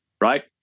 right